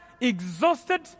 exhausted